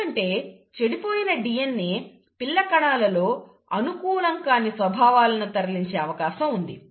ఎందుకంటే చెడిపోయిన DNA పిల్ల కణాలలో అనుకూలం కాని స్వభావాలను తరలించే అవకాశం ఉంది